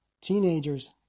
teenagers